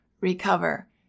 recover